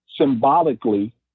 symbolically